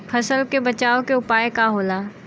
फसल के बचाव के उपाय का होला?